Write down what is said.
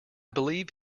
believe